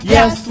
Yes